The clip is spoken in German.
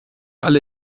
alle